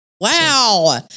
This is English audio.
Wow